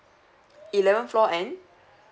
eleven floor and